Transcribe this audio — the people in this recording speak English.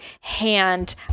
hand